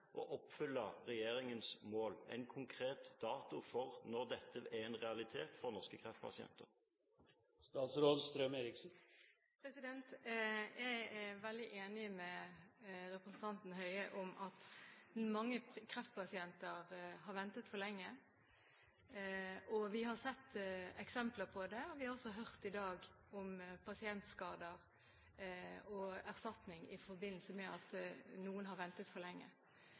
regjeringens mål, en konkret dato for når dette er en realitet for norske kreftpasienter? Jeg er veldig enig med representanten Høie i at mange kreftpasienter har ventet for lenge. Vi har sett eksempler på det, og vi har også i dag hørt om pasientskader og erstatning i forbindelse med at noen har ventet for lenge.